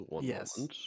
Yes